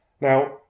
Now